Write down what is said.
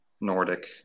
Nordic